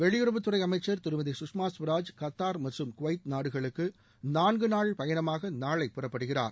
வெளியுறவுத்துறை அமைச்சர் திருமதி சுஷ்மா ஸ்வராஜ் கத்தார் மற்றும் குவைத் நாடுகளுக்கு நான்கு நாள் பயணமாக நாளை புறப்படுகிறார்